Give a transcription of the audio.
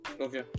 Okay